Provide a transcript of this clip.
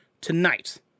tonight